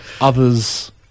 others